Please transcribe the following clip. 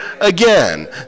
again